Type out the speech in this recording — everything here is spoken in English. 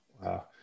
Wow